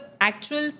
actual